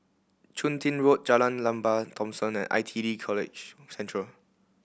Chun Tin Road Jalan Lembah Thomson and I T E College Central